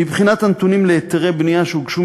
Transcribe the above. מבחינת הנתונים על היתרי בנייה שהוגשו